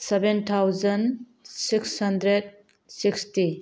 seven thousand six hundred sixty